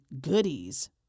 goodies